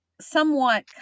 somewhat